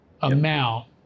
amount